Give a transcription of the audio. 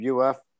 UF